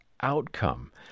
outcome